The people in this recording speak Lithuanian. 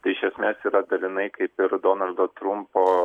tai iš esmės yra dalinai kaip ir donaldo trumpo